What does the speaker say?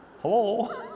Hello